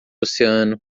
oceano